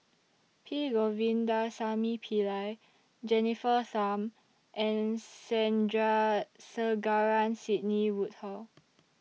P Govindasamy Pillai Jennifer Tham and Sandrasegaran Sidney Woodhull